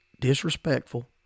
disrespectful